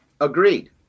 Agreed